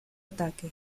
ataque